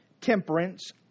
temperance